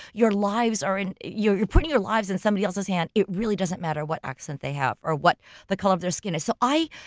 your lives are in. you're putting your lives in somebody else's hand. it really doesn't matter what accent they have or what the color of their skin is. so i,